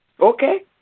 Okay